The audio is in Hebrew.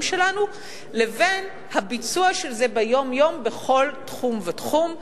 שלנו לבין הביצוע של זה ביום-יום בכל תחום ותחום.